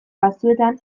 batzuetan